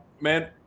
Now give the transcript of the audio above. Man